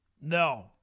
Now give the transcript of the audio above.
No